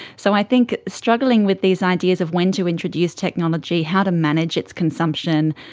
so i think struggling with these ideas of when to introduce technology, how to manage its consumption,